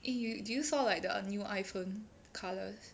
eh you did you saw like the new iphone colours